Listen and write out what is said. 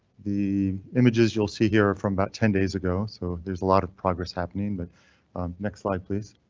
the images you'll see here from about ten days ago, so there's a lot of progress happening, but next slide please.